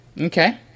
Okay